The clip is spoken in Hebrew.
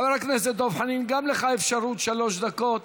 חבר הכנסת דב חנין, גם לך אפשרות לשלוש דקות,